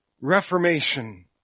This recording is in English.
reformation